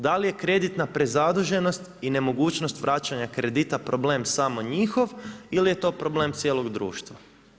Dal je kreditna prezaduženost i nemogućnost vraćanja kredita problem samo njihov ili je to problem cijelog društva.